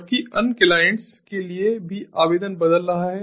जबकि अन्य क्लाइंट्स के लिए भी आवेदन बदल रहा है